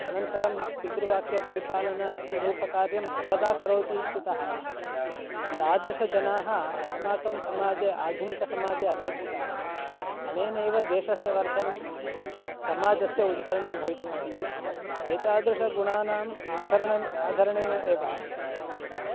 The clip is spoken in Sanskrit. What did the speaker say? अनन्तरं पितृवाक्यपरिपालनरूपकार्यं सर्वदा करोति इत्यतः तादृशजनाः अस्माकं समाजे आधुनिकसमाजे अपेक्षिताः अनेनैव देशस्य वर्धनं समाजस्य उद्धरणं भवितुम् अर्हति एतादृशगुणानाम् आधारणम् आधरणेन एव